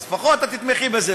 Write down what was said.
אז לפחות את תתמכי בזה,